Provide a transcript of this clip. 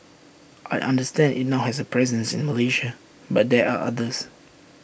I understand IT now has A presence in Malaysia but there are others